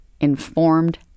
informed